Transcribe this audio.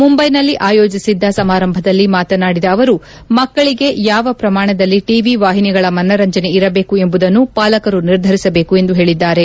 ಮುಂಬೈನಲ್ಲಿ ಆಯೋಜಿಸಿದ್ದ ಸಮಾರಂಭದಲ್ಲಿ ಮಾತನಾಡಿದ ಅವರು ಮಕ್ಕಳಿಗೆ ಯಾವ ಪ್ರಮಾಣದಲ್ಲಿ ಟಿವಿ ವಾಹಿನಿಗಳ ಮನರಂಜನೆ ಇರಬೇಕು ಎಂಬುದನ್ನು ವಾಲಕರು ನಿರ್ಧರಿಸಬೇಕು ಎಂದು ಹೇಳಿದ್ದಾರೆ